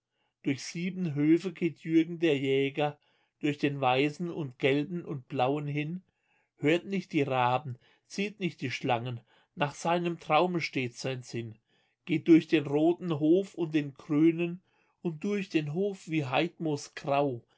durch sieben höfe geht jürgen der jäger durch den weißen und gelben und blauen hin hört nicht die raben sieht nicht die schlangen nach seinem traume steht sein sinn geht durch den roten hof und den grünen und durch den hof wie heidmoos grau